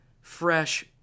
fresh